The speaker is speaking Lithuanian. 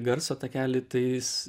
garso takelį tai jis